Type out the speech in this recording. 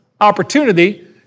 opportunity